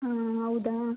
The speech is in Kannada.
ಹ್ಞೂ ಹೌದಾ